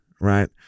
right